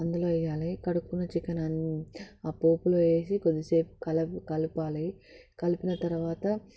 అందులో వేయాలి కడుక్కున చికెన్ ఆపోపులో వేసి కొద్దిసేపు కలపాలి కలిపిన తర్వాత